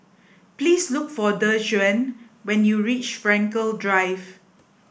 please look for Dejuan when you reach Frankel Drive